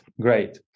Great